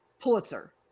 Pulitzer